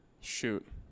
shoot